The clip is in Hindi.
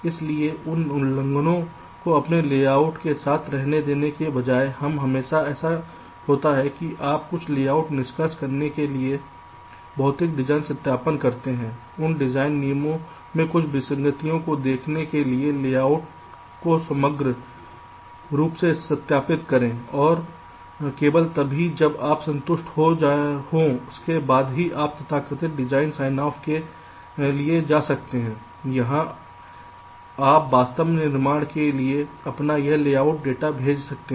इसलिए उन उल्लंघनों को अपने लेआउट के साथ रहने देने के बजाय यह हमेशा ऐसा होता है कि आप कुछ लेआउट निष्कर्षण करने के लिए भौतिक डिज़ाइन सत्यापन करते हैं उन डिज़ाइन नियमों में कुछ विसंगतियों को देखने के लिए लेआउट को समग्र रूप से सत्यापित करें और केवल तभी जब आप संतुष्ट हों उसके बाद ही आप तथाकथित डिज़ाइन साइन ऑफ के लिए जा सकते हैं जहाँ आप वास्तव में निर्माण के लिए अपना यह लेआउट डेटा भेज सकते हैं